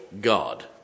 God